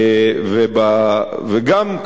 וגם,